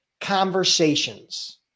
conversations